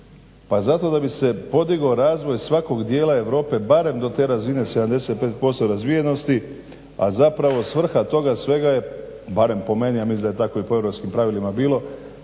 pa zato da bi se podigao razvoj svakog dijela Europe barem do te razine 75% razvijenosti, a zapravo svrha toga svega je, barem po meni a mislim da je tako i po europskim pravilima bilo,